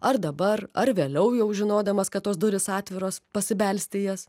ar dabar ar vėliau jau žinodamas kad tos durys atviros pasibelsti į jas